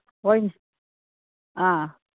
ꯍꯣꯏꯅꯦ ꯑꯥ